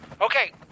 Okay